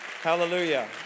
Hallelujah